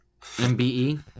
MBE